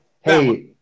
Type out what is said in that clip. hey –